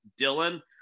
Dylan